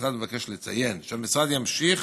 המשרד מבקש לציין שהמשרד ימשיך